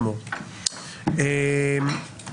בוודאי לא הסטנדרט לגבי אמנות רגילות.